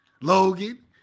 Logan